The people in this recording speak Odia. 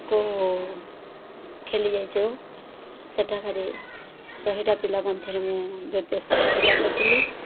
କୁ ଖେଳି ଯାଇଛୁ ସେଠାକାରେ ଶହେଟା ପିଲା ମଧ୍ୟରେ ମୁଁ ଦ୍ୱିତୀୟ ସ୍ଥାନ ଅଧିକାର କରିଥିଲି